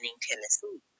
Tennessee